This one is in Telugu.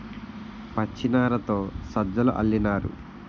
పచ్చినారతో సజ్జలు అల్లినారు